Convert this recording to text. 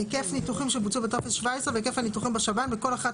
היקף ניתוחים שבוצעו בטופס 17 והיקף הניתוחים בשב"ן בכל אחת